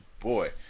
boy